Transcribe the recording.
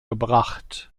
gebracht